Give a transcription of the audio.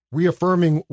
reaffirming